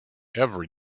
every